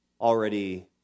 already